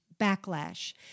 backlash